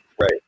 Right